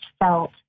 felt